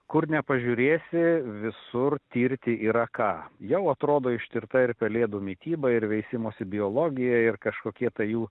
kur nepažiūrėsi visur tirti yra ką jau atrodo ištirta ir pelėdų mityba ir veisimosi biologija ir kažkokie tai jų